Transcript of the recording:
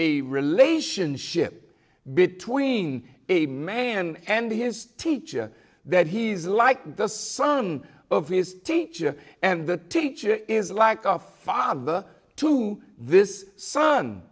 a relationship between a man and his teacher that he is like the son of his teacher and the teacher is like a father to this son